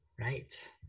Right